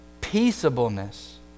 peaceableness